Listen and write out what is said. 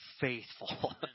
faithful